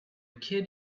kid